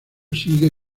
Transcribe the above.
sigue